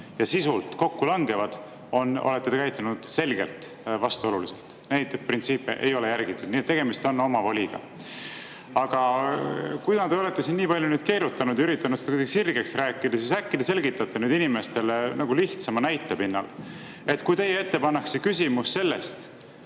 ja sisult kokku langema –, olete te käitunud selgelt vastuoluliselt. Neid printsiipe ei ole järgitud. Nii et tegemist on omavoliga. Aga kuna te olete siin nii palju keerutanud ja üritanud seda kuidagi sirgeks rääkida, siis äkki te selgitate seda lihtsama näite abil. Kui teie ette pannakse küsimus,